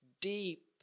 deep